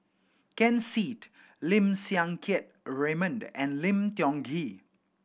Ken Seet Lim Siang Keat Raymond and Lim Tiong Ghee